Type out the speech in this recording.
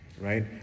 right